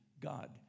God